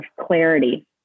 clarity